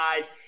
guys